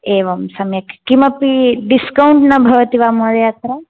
एवं सम्यक् किमपि डिस्कौण्ट् न भवति वा महोदय अत्र